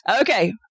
Okay